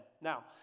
Now